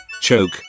Choke